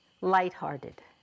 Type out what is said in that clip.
lighthearted